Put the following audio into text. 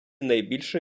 найбільше